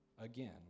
Again